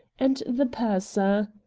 and the purser.